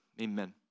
amen